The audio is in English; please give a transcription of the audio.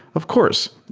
of course.